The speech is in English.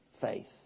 faith